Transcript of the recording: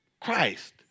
Christ